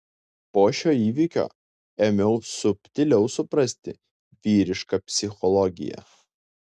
po šio įvykio ėmiau subtiliau suprasti vyrišką psichologiją